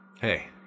Hey